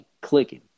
clicking